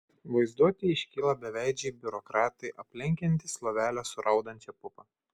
vaizduotėje iškyla beveidžiai biurokratai aplenkiantys lovelę su raudančia pupa